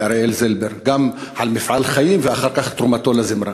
לאריאל זילבר על מפעל חיים ואחר כך על תרומתו לזמרה.